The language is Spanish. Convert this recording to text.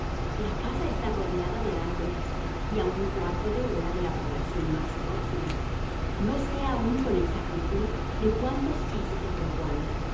la casa está rodeada de árboles y a un cuarto de hora de la población más próxima no sé aún con exactitud de cuántos pisos se compone